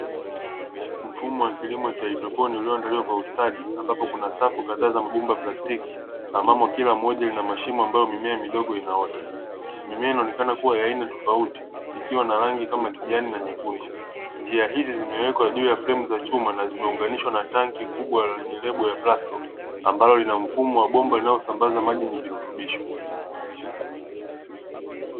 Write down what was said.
Mfumo wa kilimo cha haidroponi uliyoandaliwa kwa ustadi ambapo kuna safu kadhaa za mabomba ya plastiki ambapo kila moja lina mashimo ambayo mimea midogo inaota. Mimea inaonekana kuwa ya aina tofauti ikiwa na rangi kama ya kijani na nyekundu, njia hizi zimeweka juu ya fremu za chuma na zimeunganishwa na tangi kubwa lenye lebo ya plasto ambalo lina mfumo wa bomba linalosambaza maji yenye virutubishi.